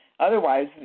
Otherwise